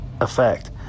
effect